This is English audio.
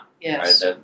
Yes